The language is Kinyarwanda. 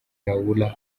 laura